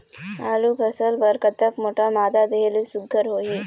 आलू फसल बर कतक मोटा मादा देहे ले सुघ्घर होही?